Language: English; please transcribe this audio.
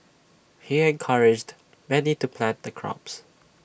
he encouraged many to plant the crops